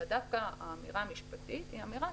אלא דווקא האמירה המשפטית היא אמירה